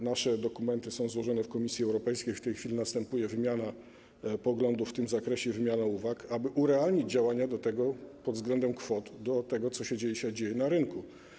Nasze dokumenty są złożone w Komisji Europejskiej, w tej chwili następuje wymiana poglądów w tym zakresie, wymiana uwag, aby urealnić działania pod względem kwot w stosunku do tego, co się obecnie dzieje na rynku.